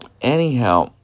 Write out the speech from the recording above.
anyhow